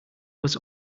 was